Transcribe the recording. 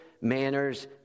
manners